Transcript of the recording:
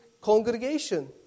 congregation